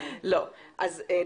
טוב.